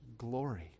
Glory